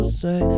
say